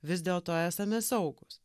vis dėlto esame saugūs